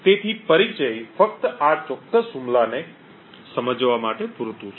તેથી પરિચય ફક્ત આ ચોક્કસ હુમલોને સમજવા માટે પૂરતું છે